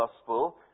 gospel